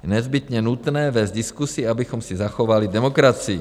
Je nezbytně nutné vést diskusi, abychom si zachovali demokracii.